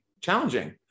challenging